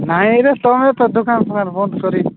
ନାଇଁରେ ତମେ ତ ଦୋକାନ ଫକାନ ବନ୍ଦ କରି